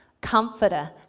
comforter